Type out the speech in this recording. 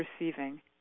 receiving